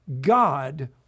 God